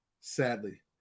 sadly